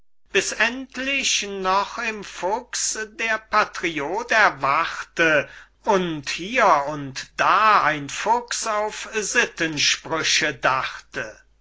bis endlich noch im fuchs der patriot erwachte und hier und da ein fuchs auf sittensprüche dachte